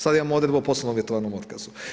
Sada imamo odredbu o poslovno uvjetovanom otkazu.